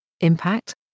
Impact